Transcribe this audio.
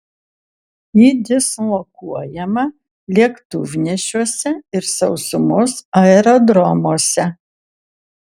ji dislokuojama lėktuvnešiuose ir sausumos aerodromuose